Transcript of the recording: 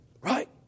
Right